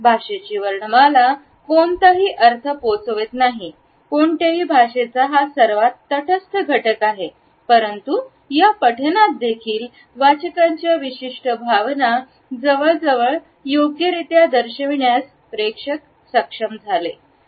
भाषेची वर्णमाला कोणतीही अर्थ पोहोचवत नाही कोणत्याही भाषेचा हा सर्वात तटस्थ घटक आहे परंतु या पठणात देखील वाचकांच्या विशिष्ट भावना जवळजवळ योग्यरित्या दर्शविण्यास प्रेक्षक सक्षम होते